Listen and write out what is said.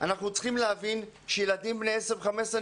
צריכים להבין שילדים בני 10 ו-15,